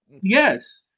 Yes